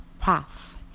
path